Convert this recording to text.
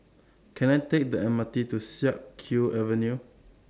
Can I Take The M R T to Siak Kew Avenue